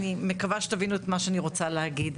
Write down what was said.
אני מקווה שתבינו את מה שאני רוצה להגיד.